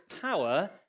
power